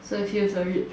so feels a bit